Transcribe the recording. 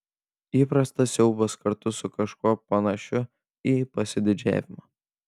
įprastas siaubas kartu su kažkuo panašiu į pasididžiavimą